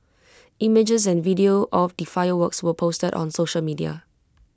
images and video of the fireworks were posted on social media